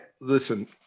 listen